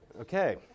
Okay